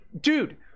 dude